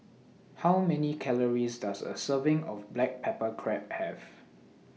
How Many Calories Does A Serving of Black Pepper Crab Have